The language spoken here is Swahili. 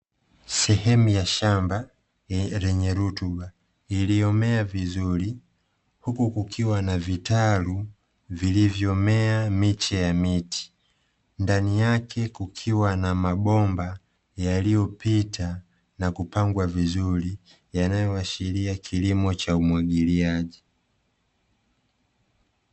Sehemu ya shamba lenye rutuba iliyomea vizuri, huku kukiwa na vitalu vilivyomea miche ya miti. Ndani yake kukiwa na mabomba yaliyopita na kupangwa vizuri, yanayoashiria kilimo cha umwagiliaji.